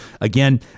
Again